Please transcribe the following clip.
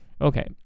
okay